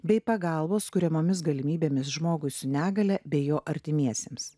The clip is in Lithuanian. bei pagalbos kuriamomis galimybėmis žmogui su negalia bei jo artimiesiems